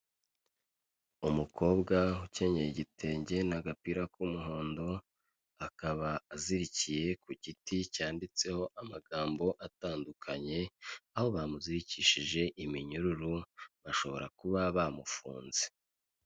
Umukobwa ukenyeye igitenge n'agapira k'umuhondo, akaba azirikiye ku giti cyanditseho amagambo atandukanye, aho bamuzikishije iminyururu bashobora kuba bamufunze.